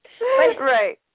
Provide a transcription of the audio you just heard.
Right